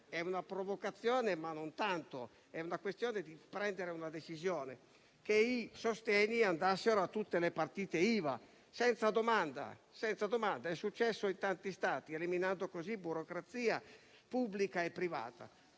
(è una provocazione, ma non tanto, perché si tratta di prendere una decisione) al punto che i sostegni andassero a tutte le partite IVA, senza domanda, (è successo in tanti Stati) eliminato così burocrazia pubblica e privata.